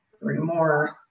remorse